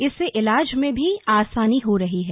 इससे इलाज में भी आसानी हो रही है